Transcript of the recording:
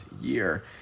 year